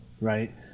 right